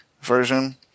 version